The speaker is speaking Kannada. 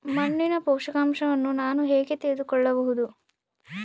ಮಣ್ಣಿನ ಪೋಷಕಾಂಶವನ್ನು ನಾನು ಹೇಗೆ ತಿಳಿದುಕೊಳ್ಳಬಹುದು?